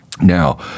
Now